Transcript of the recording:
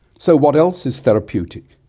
so what else is therapeutic?